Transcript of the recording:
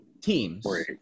teams